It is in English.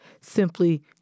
simply